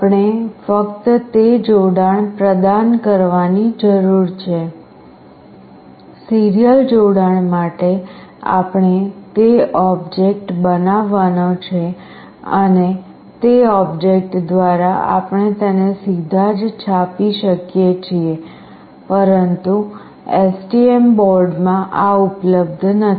આપણે ફક્ત તે જોડાણ પ્રદાન કરવાની જરૂર છે સીરીયલ જોડાણ માટે આપણે તે ઑબ્જેક્ટ બનાવવાનો છે અને તે ઑબ્જેક્ટ દ્વારા આપણે તેને સીધા જ છાપી શકીએ છીએ પરંતુ STM બોર્ડમાં આ ઉપલબ્ધ નથી